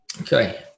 okay